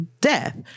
death